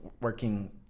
working